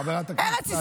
חברת הכנסת טלי.